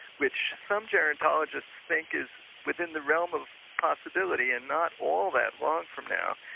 which some gerontologists think is within the realm of possibility and not all that long from now,